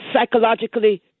psychologically